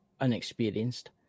unexperienced